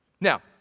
Now